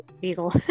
Beagle